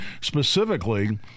specifically